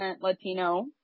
Latino